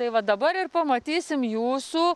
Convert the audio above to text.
tai va dabar ir pamatysim jūsų